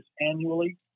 annually